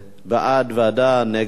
בעד, ועדה, נגד,